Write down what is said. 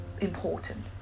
important